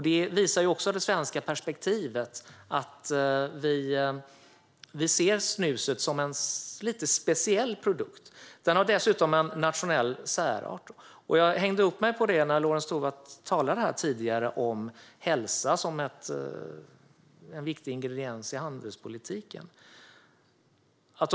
Det visar också det svenska perspektivet; vi ser snuset som en lite speciell produkt. Den har också en nationell särart. När Lorentz Tovatt talade här tidigare om hälsa som en viktig ingrediens i handelspolitiken hängde jag upp mig lite grann på detta.